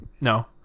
no